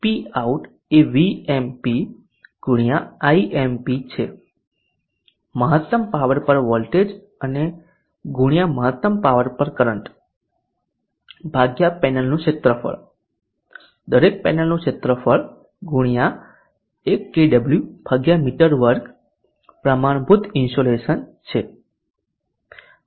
Pout એ Vmp ગુણ્યા Imp છે મહત્તમ પાવર પર વોલ્ટેજ અને ગુણ્યા મહત્તમ પાવર પર કરંટ ભાગ્યા પેનલનું ક્ષેત્રફળ દરેક પેનલનું ક્ષેત્રફળ ગુણ્યા 1 કેડબલ્યુ મી2 પ્રમાણભૂત ઇન્સોલેશન છે